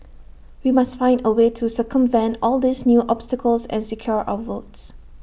we must find A way to circumvent all these new obstacles and secure our votes